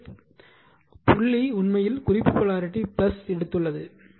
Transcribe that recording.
எனவே புள்ளி உண்மையில் குறிப்பு போலாரிட்டி எடுத்துள்ளது